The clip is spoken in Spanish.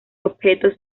objetos